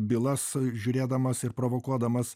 bylas žiūrėdamas ir provokuodamas